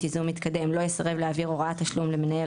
ייזום מתקדם - לא יסרב להעביר הוראת תשלום למנהל